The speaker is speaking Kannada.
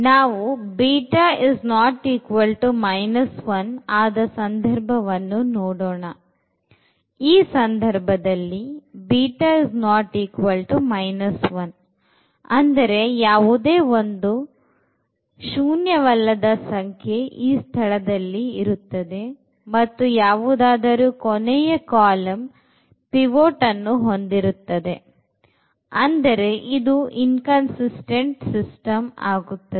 ನಾವು β≠ 1 ಆದ ಸಂದರ್ಭವನ್ನು ನೋಡೋಣ ಈ ಸಂದರ್ಭದಲ್ಲಿ β≠ 1 ಅಂದರೆ ಯಾವುದೋ ಒಂದು ಶೂನ್ಯವಲ್ಲದ ಸಂಖ್ಯೆ ಈ ಸ್ಥಳದಲ್ಲಿ ಇರುತ್ತದೆ ಮತ್ತು ಯಾವುದಾದರೂ ಕೊನೆಯ ಕಾಲಂ pivot ಅನ್ನು ಹೊಂದಿರುತ್ತದೆ ಅಂದರೆ ಇದು ಇಂಕಾನ್ಸಿಸ್ತೆಂಟ್ ಸಿಸ್ಟಮ್ ಆಗಿರುತ್ತದೆ